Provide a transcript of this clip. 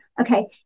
Okay